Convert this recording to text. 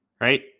right